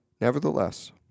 Nevertheless